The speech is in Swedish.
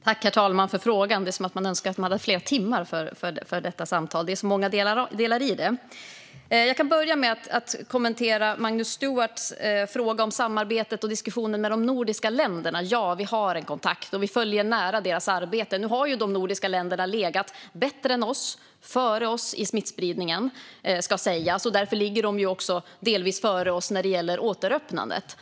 Herr talman! Jag önskar att jag hade flera timmar för detta samtal, för det är ju så många delar i det. Låt mig börja med att kommentera Magnus Stuarts fråga om samarbetet och diskussionen med de övriga nordiska länderna. Ja, vi har en kontakt, och vi följer nära deras arbete. Eftersom de övriga nordiska länderna har legat bättre till än vi när det gäller smittspridningen ligger de delvis före oss i återöppnandet.